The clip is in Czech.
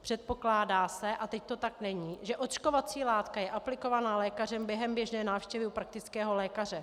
Předpokládá se, a teď to tak není, že očkovací látka je aplikovaná lékařem během běžné návštěvy u praktického lékaře.